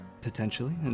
Potentially